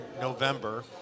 November